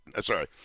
Sorry